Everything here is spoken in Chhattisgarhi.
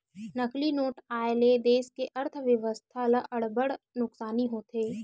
नकली नोट आए ले देस के अर्थबेवस्था ल अब्बड़ नुकसानी होथे